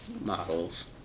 models